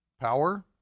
Power